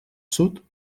sud